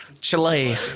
Chile